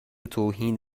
توهین